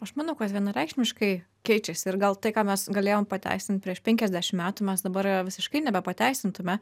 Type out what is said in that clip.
aš manau kad vienareikšmiškai keičiasi ir gal tai ką mes galėjom pateisint prieš penkiasdešimt metų mes dabar visiškai nebe pateisintume